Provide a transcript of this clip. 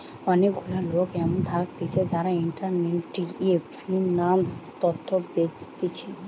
অনেক গুলা লোক এমন থাকতিছে যারা ইন্টারনেটে ফিন্যান্স তথ্য বেচতিছে